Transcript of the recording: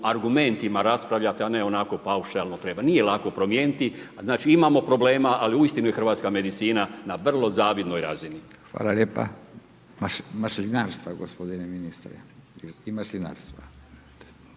argumentima raspravljati a ne onako paušalno. Nije lako promijeniti, znači imamo problema ali uistinu je hrvatska medicina na vrlo zavidnoj razini. **Radin, Furio (Nezavisni)** Hvala lijepa.